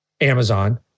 Amazon